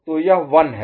तो यह 1 है